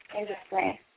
Interesting